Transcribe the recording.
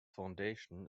foundation